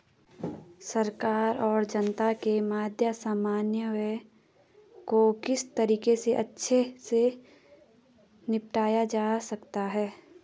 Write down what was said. सरकार और जनता के मध्य समन्वय को किस तरीके से अच्छे से निपटाया जा सकता है?